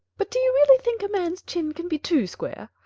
but do you really think a man's chin can be too square?